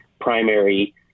primary